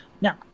Now